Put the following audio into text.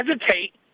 hesitate